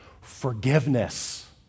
forgiveness